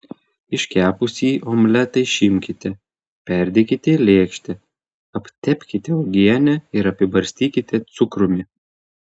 iškepusį omletą išimkite perdėkite į lėkštę aptepkite uogiene ir apibarstykite cukrumi